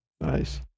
nice